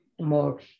more